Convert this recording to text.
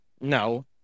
No